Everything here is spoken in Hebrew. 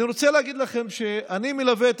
אני רוצה להגיד לכם: אני מלווה את